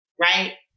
right